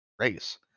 race